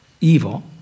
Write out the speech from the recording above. evil